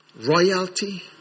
royalty